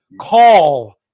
call